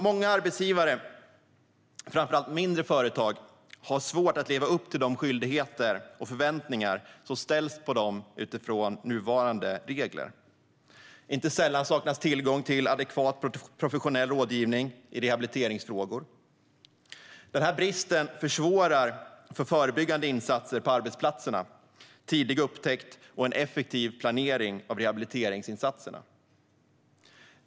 Många arbetsgivare, framför allt mindre företag, har svårt att leva upp till de skyldigheter och förväntningar som ställs på dem med nuvarande regler. Inte sällan saknas tillgång till adekvat professionell rådgivning i rehabiliteringsfrågor. Denna brist försvårar förebyggande insatser på arbetsplatserna, tidig upptäckt och en effektiv planering av rehabiliteringsinsatserna.